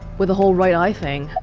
with the whole right eye thing